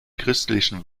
christlichen